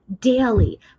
daily